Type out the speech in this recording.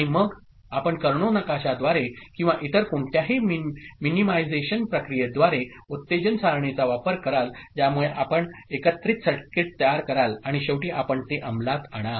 आणि मग आपण कर्णो नकाशाद्वारे किंवा इतर कोणत्याही मिनिमायझेशन प्रक्रियेद्वारे उत्तेजन सारणीचा वापर कराल ज्यामुळे आपण एकत्रित सर्किट तयार कराल आणि शेवटी आपण ते अंमलात आणा